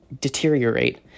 deteriorate